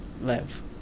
live